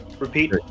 Repeat